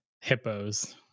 hippos